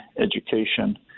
education